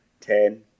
Ten